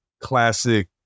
classic